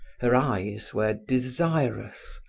her eyes were desirous,